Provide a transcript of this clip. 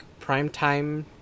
primetime